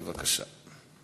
בבקשה.